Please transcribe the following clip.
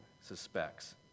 suspects